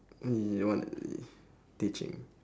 teaching